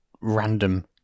random